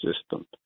system